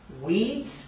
Weeds